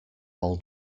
all